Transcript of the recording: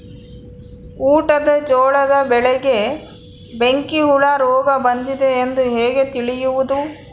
ಊಟದ ಜೋಳದ ಬೆಳೆಗೆ ಬೆಂಕಿ ಹುಳ ರೋಗ ಬಂದಿದೆ ಎಂದು ಹೇಗೆ ತಿಳಿಯುವುದು?